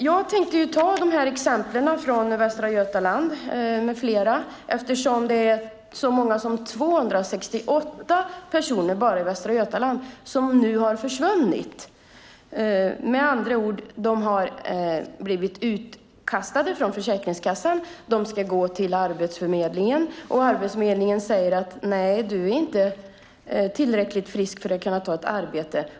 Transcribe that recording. Jag tänkte ta exemplen från Västra Götaland eftersom det är så många som 268 personer bara i Västra Götaland som har försvunnit. De har blivit utkastade från Försäkringskassan och ska gå till Arbetsförmedlingen, men där säger man att de inte är tillräckligt friska för att kunna ta ett arbete.